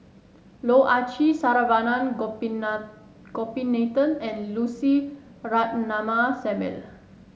Loh Ah Chee Saravanan Gopinathan and Lucy Ratnammah Samuel